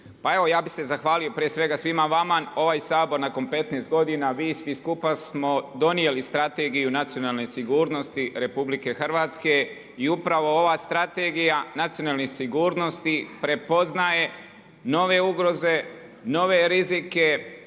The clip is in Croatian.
pa evo ja bih se zahvalio prije svega svima vama, ovaj Sabor nakon 15 godina, vi svi skupa, smo donijeli Strategiju nacionalne sigurnosti RH i upravo ova Strategija nacionalne sigurnosti prepoznaje nove ugroze, nove rizike